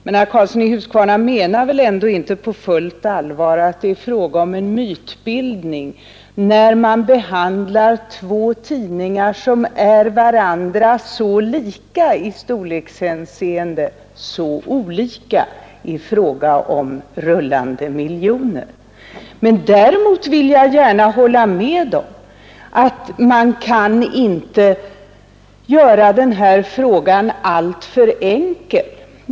Men herr Karlsson i Huskvarna påstår väl ändå inte på fullt allvar att det är fråga om en mytbildning när man behandlar två tidningar, som är varandra så lika i storlekshänseende, så olika när det gäller rullande miljoner? Däremot vill jag gärna hålla med om att man inte kan göra denna fråga alltför enkel.